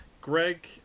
greg